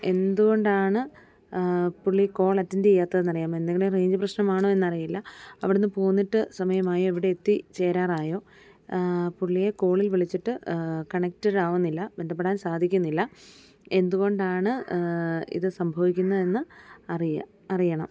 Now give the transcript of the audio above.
എന്തുകൊണ്ടാണ് പുള്ളി call attend ചെയ്യാത്തത് എന്നറിയാമോ എന്തെങ്കിലും റേഞ്ച് പ്രശ്നമാണോ എന്നറിയില്ല അവിടുന്ന് പോന്നിട്ട് സമയമായി ഇവിടെ എത്തിച്ചേരാറായോ പുള്ളിയെ കോളിൽ വിളിച്ചിട്ട് കണക്ട്ഡ് ആവുന്നില്ല ബന്ധപ്പെടാൻ സാധിക്കുന്നില്ല എന്തുകൊണ്ടാണ് ഇത് സംഭവിക്കുന്നു എന്ന് അറിയുക അറിയണം